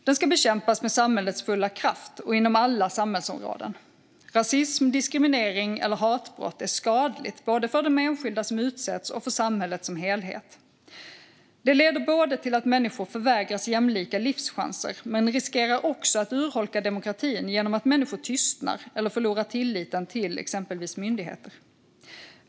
Den ska bekämpas med samhällets fulla kraft och inom alla samhällsområden. Rasism, diskriminering eller hatbrott är skadligt både för de enskilda som utsätts och för samhället som helhet. Det leder till att människor förvägras jämlika livschanser, men riskerar också att urholka demokratin genom att människor tystnar eller förlorar tilliten till exempelvis myndigheter.